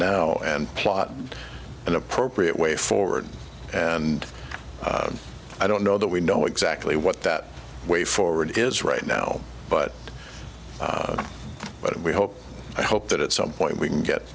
now and plot an appropriate way forward and i don't know that we know exactly what that way forward is right now but but we hope i hope that at some point we can get